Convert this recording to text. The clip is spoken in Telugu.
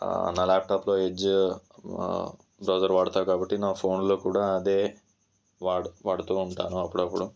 నా ల్యాప్టాప్లో ఎడ్జ్ బ్రౌసర్ వాడతాను కాబట్టి నా ఫోన్లో కూడా అదే వా వాడుతూ ఉంటాను అప్పుడపుడు